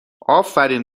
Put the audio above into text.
آفرین